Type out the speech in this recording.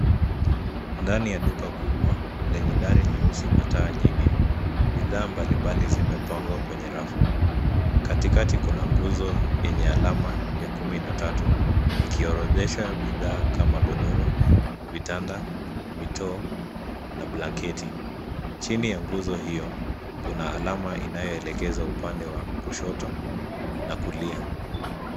Ndani ya duka kubwa lenye dari nyeusi na taa nyingi, bidhaa mbalimbali zimepangwa kwenye rafu. Katikati kuna nguzo yenye alama ya kumi na tatu ikiorodhesha bidhaa kama godoro, vitanda, mitoo na blanketi. Chini ya nguzo hiyo kuna alama inayoelekeza upande wa kushoto na kulia.